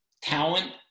talent